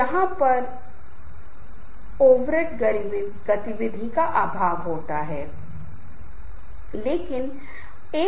यह व्यक्ति जीवन को सफल बना सकता है व्यक्ति अपने जीवन में बहुत सारी चीजों को अपनी कड़ी मेहनत के माध्यम से अपने कई अन्य माध्यमों से हासिल कर सकता है